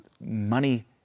Money